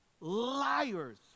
Liars